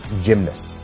gymnast